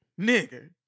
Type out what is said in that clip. Nigga